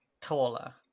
taller